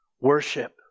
Worship